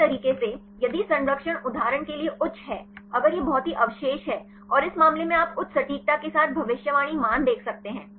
अन्य तरीके से यदि संरक्षण उदाहरण के लिए उच्च है अगर यह बहुत ही अवशेष है और इस मामले में आप उच्च सटीकता के साथ भविष्यवाणी मान देख सकते हैं